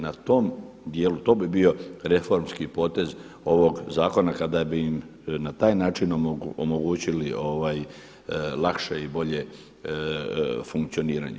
Na tom dijelu, to bi bio reformski potez ovog zakona kada bi im na taj način omogućili lakše i bolje funkcioniranje.